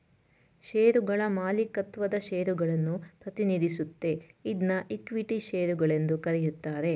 ಶೇರುಗಳ ಮಾಲೀಕತ್ವದ ಷೇರುಗಳನ್ನ ಪ್ರತಿನಿಧಿಸುತ್ತೆ ಇದ್ನಾ ಇಕ್ವಿಟಿ ಶೇರು ಗಳೆಂದು ಕರೆಯುತ್ತಾರೆ